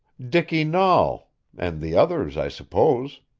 dicky nahl and the others, i suppose.